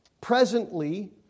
presently